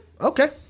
Okay